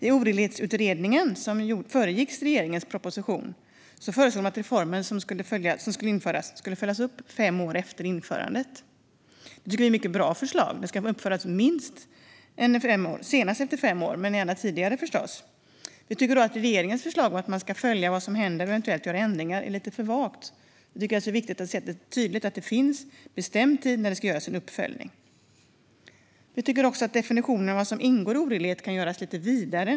I oredlighetsutredningen, som föregick regeringens proposition, föreslog man att reformen som skulle införas skulle följas upp fem år efter införandet. Detta tycker vi är ett mycket bra förslag; den ska följas upp senast efter fem år men gärna tidigare. Vi tycker dock att regeringens förslag om att man ska följa vad som händer och eventuellt göra ändringar är lite för vagt. Vi tycker att det är viktigt att det är tydligt att det finns en bestämd tid när det ska göras en uppföljning. Vi tycker också att definitionen av vad som ingår i oredlighet kan göras lite vidare.